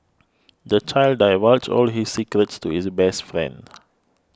the child divulged all his secrets to his best friend